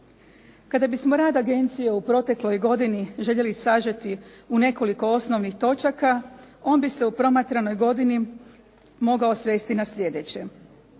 Kada bismo rad agencije u protekloj godini željeli sažeti u nekoliko osnovnih točaka on bi se u promatranoj godini mogao svesti na sljedeće: